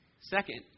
second